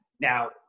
now